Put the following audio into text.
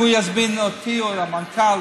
אם הוא יזמן אותי או את המנכ"ל,